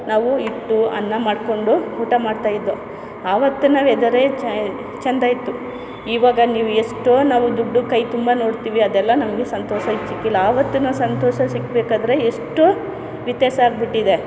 ನಾವು ಇಟ್ಟು ಅನ್ನ ಮಾಡಿಕೊಂಡು ಊಟ ಮಾಡ್ತಾಯಿದ್ದೊ ಆವತ್ತು ನಾವು ಎದ್ದರೆ ಚೆಂದ ಇತ್ತು ಇವಾಗ ನೀವು ಎಷ್ಟೋ ನಾವು ದುಡ್ಡು ಕೈ ತುಂಬ ನೋಡ್ತೀವಿ ಅದೆಲ್ಲ ನಮಗೆ ಸಂತೋಷ ಈಗ ಸಿಕ್ಕಿಲ್ಲ ಆವತ್ತಿನ ಸಂತೋಷ ಸಿಗಬೇಕಾದ್ರೆ ಎಷ್ಟೋ ವ್ಯತ್ಯಾಸ ಆಗ್ಬಿಟ್ಟಿದೆ